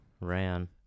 Ran